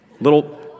little